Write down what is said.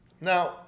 Now